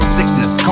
Sickness